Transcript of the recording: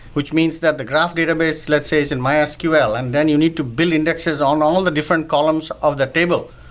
which means that the graph database, let's say, is in mysql, and then you need to build indexes on all the different columns of the table,